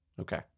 Okay